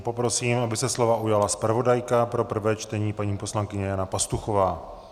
Poprosím, aby se slova ujala zpravodajka pro prvé čtení, paní poslankyně Jana Pastuchová.